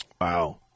Wow